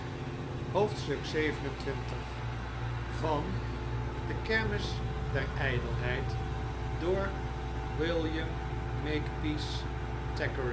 i oclocrooococoocococooclf de kermis der ijdelheid van william